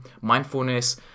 mindfulness